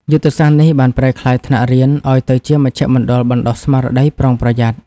យុទ្ធសាស្ត្រនេះបានប្រែក្លាយថ្នាក់រៀនឱ្យទៅជាមជ្ឈមណ្ឌលបណ្ដុះស្មារតីប្រុងប្រយ័ត្ន។